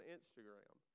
Instagram